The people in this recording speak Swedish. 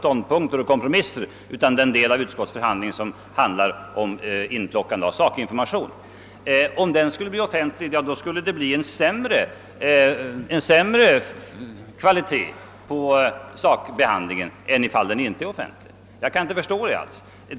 Men herr Adamsson menar att om utskottsförhandlingarna skulle bli offentliga, vilket de skulle bli med den nya formen, så skulle det bli en sämre kvalitet på sakbehandlingen än om förhandlingarna inte är offentliga. Jag kan inte alls förstå detta.